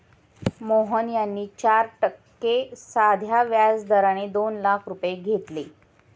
मोहन यांनी चार टक्के साध्या व्याज दराने दोन लाख रुपये घेतले